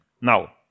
Now